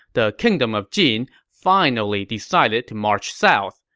the kingdom of jin finally decided to march south.